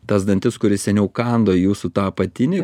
tas dantis kuris seniau kando į jūsų tą apatinį